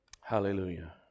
Hallelujah